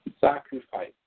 sacrifice